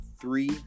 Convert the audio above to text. three